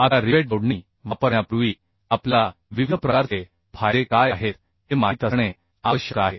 आता रिवेट जोडणी वापरण्यापूर्वी आपल्याला विविध प्रकारचे फायदे काय आहेत हे माहित असणे आवश्यक आहे